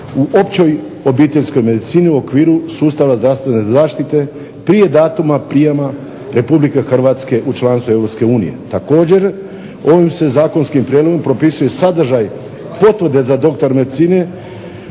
u općoj obiteljskoj medicini u okviru sustava zdravstvene zaštite prije datuma prijama Republike Hrvatske u članstvo Europske unije. Također, ovim se zakonskim prijedlogom propisuje sadržaj potvrde za doktora medicine